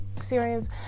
syrians